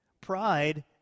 Pride